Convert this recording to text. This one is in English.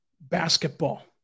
basketball